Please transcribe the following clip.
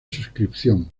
suscripción